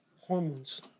hormones